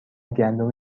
گندم